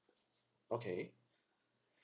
okay